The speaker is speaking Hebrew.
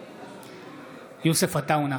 בעד יוסף עטאונה,